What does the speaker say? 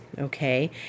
Okay